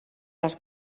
las